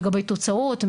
לגבי תוצאות,